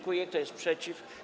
Kto jest przeciw?